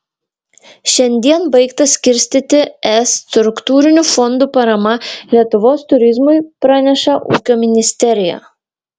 šiandien baigta skirstyti es struktūrinių fondų parama lietuvos turizmui praneša ūkio ministerija